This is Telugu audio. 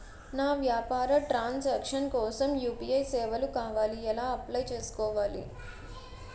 నా వ్యాపార ట్రన్ సాంక్షన్ కోసం యు.పి.ఐ సేవలు కావాలి ఎలా అప్లయ్ చేసుకోవాలి?